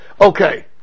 okay